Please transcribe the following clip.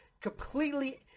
completely